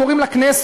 קוראים לה כנסת.